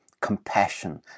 compassion